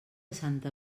santa